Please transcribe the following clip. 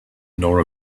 nor